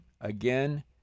again